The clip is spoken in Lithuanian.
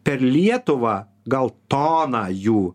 per lietuvą gal toną jų